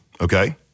okay